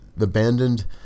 abandoned